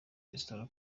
resitora